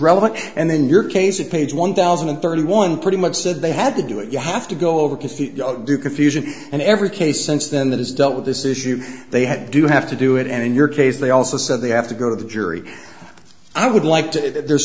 relevant and then your case of page one thousand and thirty one pretty much said they had to do it you have to go over to do confusion and every case since then that is dealt with this issue they had do have to do it and in your case they also said they have to go to the jury i would like to there's